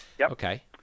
okay